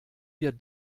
wir